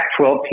12